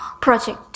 project